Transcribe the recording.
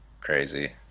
crazy